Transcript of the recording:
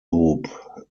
loop